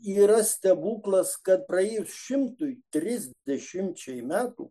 yra stebuklas kad praėjus šimtui trisdešimčiai metų